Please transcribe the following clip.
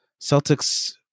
Celtics